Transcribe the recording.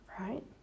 right